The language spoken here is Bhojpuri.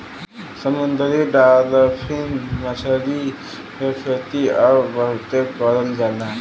समुंदरी डालफिन मछरी के खेती अब बहुते करल जाला